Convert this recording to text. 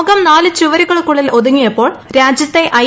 ലോകം നാല് ചുവരുകൾക്കുള്ളിൽ ഒതുങ്ങിയപ്പോൾ രാജ്യത്തെ ഐ